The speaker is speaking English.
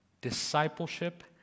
discipleship